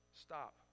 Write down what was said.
stop